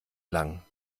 lang